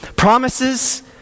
Promises